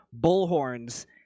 bullhorns